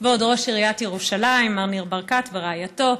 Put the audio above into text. כבוד ראש עיריית ירושלים מר ניר ברקת ורעייתו,